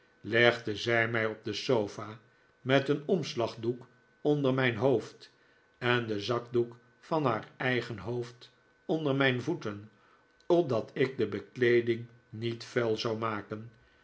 legde zij mij op de sofa met een omslagdoek onder mijn hoofd en den zakdoek van haar eigen hoofd ohder mijn voeten opdat ik de bekleeding niet vuil zou maken